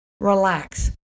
relax